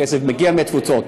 מגיע מהתפוצות,